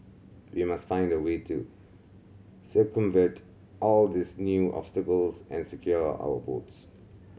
we must find a way to circumvent all these new obstacles and secure our votes